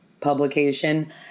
publication